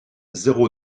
zéro